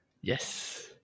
Yes